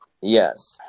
Yes